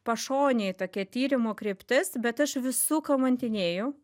pašonėj tokia tyrimo kryptis bet aš visų kamantinėju